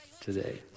today